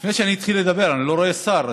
לפני שאני אתחיל לדבר, אני לא רואה שר.